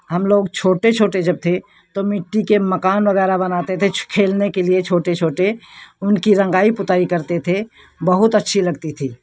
हम लोग छोटे छोटे जब थे तो मिट्टी के मकान वगैरह बनाते थे खेलने के लिए छोटे छोटे उनकी रंगाई पुताई करते थे बहुत अच्छी लगती थी